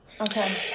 Okay